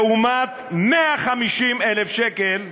לעומת 150,000 שקל בפריפריה.